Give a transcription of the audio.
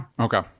Okay